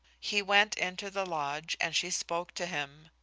he went into the lodge, and she spoke to him.